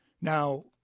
Now